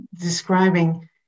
describing